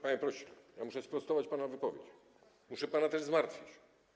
Panie pośle, ja muszę sprostować pana wypowiedź, muszę pana też zmartwić.